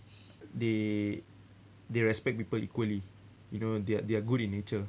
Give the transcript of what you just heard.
they they respect people equally you know they're they're good in nature